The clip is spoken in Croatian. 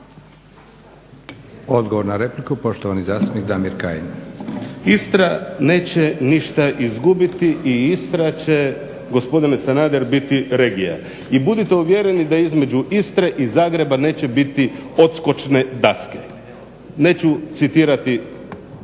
Odgovor na repliku poštovani zastupnik Damir Kajin. **Kajin, Damir (Nezavisni)** Istra neće ništa izgubiti i Istra će, gospodine Sanader biti regija. I budite uvjereni da između Istre i Zagreba neće biti odskočne daske. Neću citirati